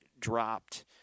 dropped